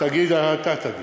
אתה תגיד,